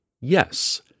Yes